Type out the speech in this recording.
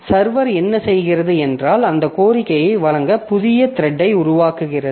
server என்ன செய்கிறது என்றால் அந்த கோரிக்கையை வழங்க புதிய த்ரெட்டை உருவாக்குகிறது